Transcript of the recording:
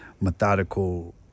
Methodical